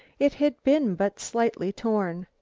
it had been but slightly torn.